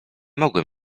mogłem